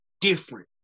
different